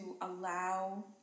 allow